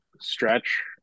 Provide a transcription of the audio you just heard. stretch